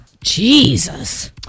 Jesus